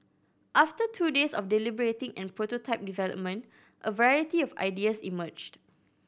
after two days of deliberating and prototype development a variety of ideas emerged